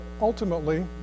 ultimately